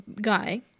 guy